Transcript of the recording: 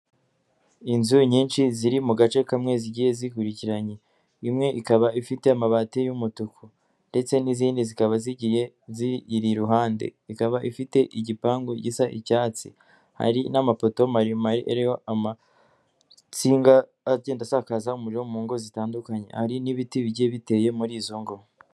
Inzu nyinshi ziri mu gace kamwe zigiye zikurikiranye, imwe ikaba ifite amabati y'umutuku ndetse n'izindi zikaba zigiye ziyiri iruhande, ikaba ifite igipangu gisa icyatsi, hari n'amapoto maremare ariho amatsinga agenda asakaza umuriro mu ngo zitandukanye, hari n'ibiti bigiye biteye muri izo ngo.